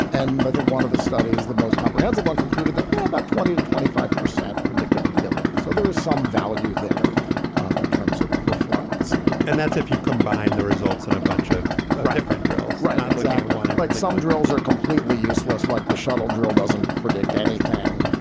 and i think one of the studies, the most comprehensive one, concluded that yeah about twenty to twenty five percent predictive ability. so there is some value there um in terms of performance and that's if you combine the results in a bunch of different drills right on look, i one and like some drills are completely useless, like the shuttle drill doesn't predict anything,